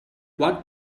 what